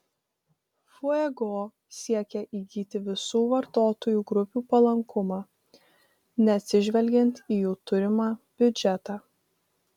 fuego siekė įgyti visų vartotojų grupių palankumą neatsižvelgiant į jų turimą biudžetą